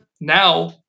now